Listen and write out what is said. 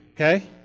okay